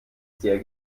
sehr